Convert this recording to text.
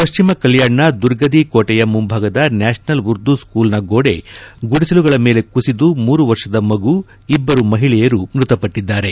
ಪಶ್ಲಿಮ ಕಲ್ಲಾಣ್ನ ದುರ್ಗದಿ ಕೋಟೆಯ ಮುಂಭಾಗದ ನ್ಯಾಪನಲ್ ಉರ್ದು ಸ್ಕೂಲ್ನ ಗೋಡೆ ಗುಡಿಸಲುಗಳ ಮೇಲೆ ಕುಸಿದು ಮೂರು ವರ್ಷದ ಮಗು ಇಬ್ಲರು ಮಹಿಳೆಯರು ಮೃತಪಟ್ಟಿದ್ದಾರೆ